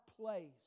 place